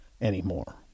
anymore